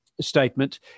statement